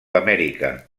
amèrica